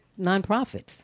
nonprofits